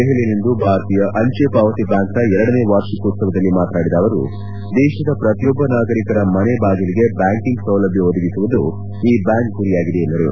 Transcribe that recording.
ದೆಹಲಿಯಲ್ಲಿಂದು ಭಾರತೀಯ ಅಂಜೆ ಪಾವತಿ ಬ್ಯಾಂಕ್ನ ಎರಡನೇ ವಾರ್ಷಿಕೋತ್ಸವದಲ್ಲಿ ಮಾತನಾಡಿದ ಅವರು ದೇಶದ ಪ್ರತಿಯೊಬ್ಬ ನಾಗರಿಕರ ಮನೆ ಬಾಗಿಲಿಗೇ ಬ್ವಾಂಕಿಂಗ್ ಸೌಲಭ್ವ ಒದಗಿಸುವುದು ಈ ಬ್ಬಾಂಕ್ ಗುರಿಯಾಗಿದೆ ಎಂದರು